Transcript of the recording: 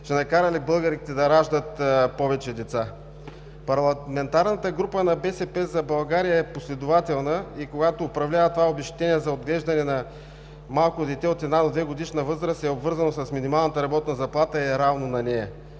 ще накара ли българките да раждат повече деца? Парламентарната група на БСП за България е последователна и когато управлява, това обезщетение за отглеждане на малко дете от една до двегодишна възраст е обвързано с минималната работна заплата и е равно на нея.